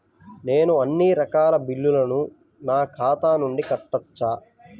నేను అన్నీ రకాల బిల్లులను నా ఖాతా నుండి కట్టవచ్చా?